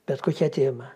bet kokia tema